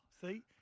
see